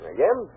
Again